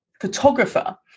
photographer